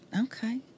Okay